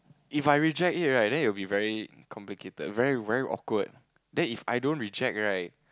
If I reject it right then it would be very complicated very very awkward then If I don't reject right